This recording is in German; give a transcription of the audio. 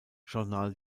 journal